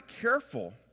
careful